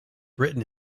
written